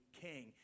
king